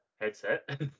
headset